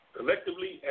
Collectively